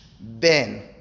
ben